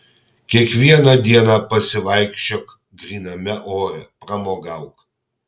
kiekvieną dieną pasivaikščiok gryname ore pramogauk